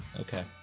Okay